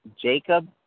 Jacob